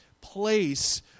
place